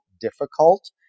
difficult